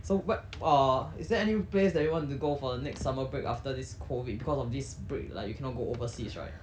so what uh is there any place that you wanted to go for the next summer break after this COVID because of this break like you cannot go overseas right